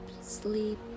sleep